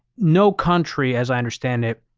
no country, as i understand it,